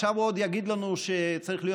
עכשיו הוא עוד יגיד לנו שצריך להיות